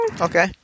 Okay